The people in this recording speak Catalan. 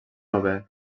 novè